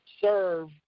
serve